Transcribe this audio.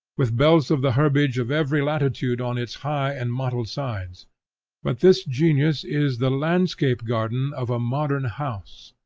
with belts of the herbage of every latitude on its high and mottled sides but this genius is the landscape-garden of a modern house,